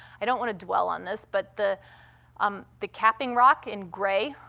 i don't want to dwell on this, but the um the capping rock in gray,